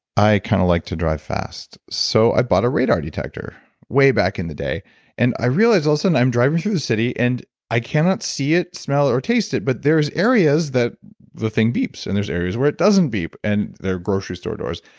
i kind of liked to drive fast. so i bought a radar detector way back in the day and i realized all of a sudden i'm driving through the city and i cannot see it smell or taste it. but there's areas that the thing beeps and there's areas where it doesn't beep and there are grocery store doors.